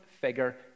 figure